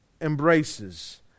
embraces